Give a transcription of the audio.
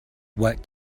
what